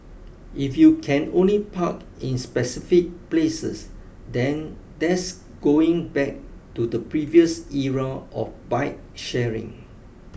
if you can only park in specific places then that's going back to the previous era of bike sharing